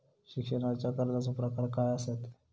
शिक्षणाच्या कर्जाचो प्रकार काय आसत?